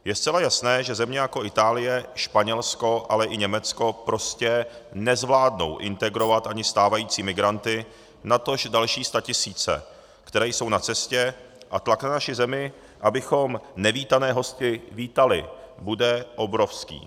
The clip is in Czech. Je zcela jasné, že země jako Itálie, Španělsko, ale i Německo prostě nezvládnou integrovat ani stávající migranty, natož další statisíce, které jsou na cestě, a tlak na naši zemi, abychom nevítané hosty vítali, bude obrovský.